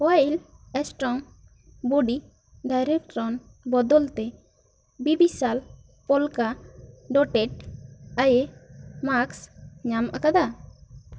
wild ᱥᱴᱳᱱ ᱵᱳᱰᱤ ᱰᱟᱭᱨᱮᱠᱴᱨᱚᱱ ᱵᱚᱫᱚᱞ ᱛᱮ ᱵᱤ ᱵᱤᱥᱟᱞ ᱯᱚᱞᱠᱟ ᱰᱳᱴᱮᱴ ᱟᱭᱮ ᱢᱟᱨᱠᱥ ᱧᱟᱢ ᱟᱠᱟᱫᱟ